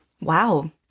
Wow